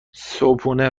صبحونه